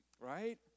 right